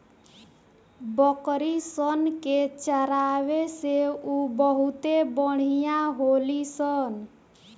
बकरी सन के चरावे से उ बहुते बढ़िया होली सन